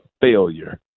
failure